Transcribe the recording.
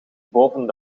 boven